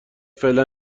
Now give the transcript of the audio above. فعلا